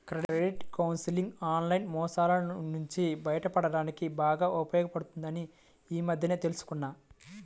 credit counselling online మోసాల నుంచి బయటపడడానికి బాగా ఉపయోగపడుతుందని ఈ మధ్యనే తెల్సుకున్నా